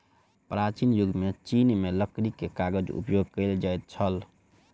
प्राचीन युग में चीन में लकड़ी के कागज उपयोग कएल जाइत छल